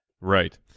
right